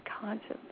conscience